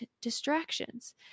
distractions